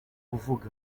kuvuga